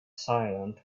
silent